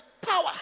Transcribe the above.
power